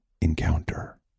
encounter